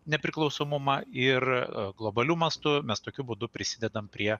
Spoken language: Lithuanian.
nepriklausomumą ir globaliu mastu mes tokiu būdu prisidedam prie